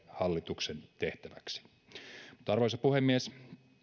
hallituksen tehtäväksi arvoisa puhemies